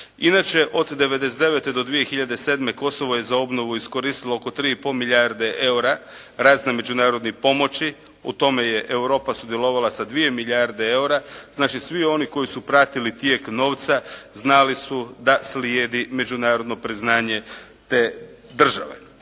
Inače od 1999. do 2007. Kosovo je za obnovu iskoristilo oko 3 i pol milijarde EUR-a raznih međunarodnih pomoći. U tome je Europa sudjelovala sa dvije milijarde EUR-a. Znači svi oni koji su pratili tijek novca znali su da slijedi međunarodno priznanje te države.